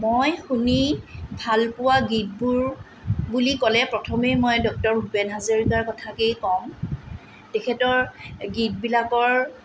মই শুনি ভাল পোৱা গীতবোৰ বুলি ক'লে প্ৰথমেই মই ডক্তৰ ভূপেন হাজৰিকাৰ কথাকেই ক'ম তেখেতৰ গীতবিলাকৰ